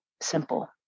simple